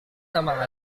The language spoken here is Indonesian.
nama